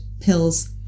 Pills